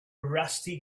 rusty